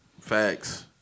Facts